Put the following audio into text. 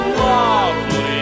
lovely